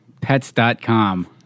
pets.com